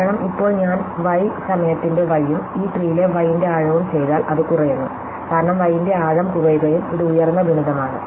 കാരണം ഇപ്പോൾ ഞാൻ y സമയത്തിന്റെ y ഉം ഈ ട്രീയിലെ y ന്റെ ആഴവും ചെയ്താൽ അത് കുറയുന്നു കാരണം y ന്റെ ആഴം കുറയുകയും ഇത് ഉയർന്ന ഗുണിതമാണ്